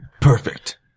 Perfect